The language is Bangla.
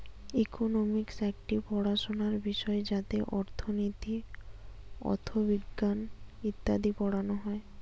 ইকোনমিক্স একটি পড়াশোনার বিষয় যাতে অর্থনীতি, অথবিজ্ঞান ইত্যাদি পড়ানো হয়